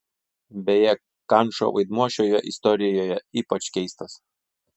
beje kančo vaidmuo šioje istorijoje ypač keistas